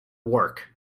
work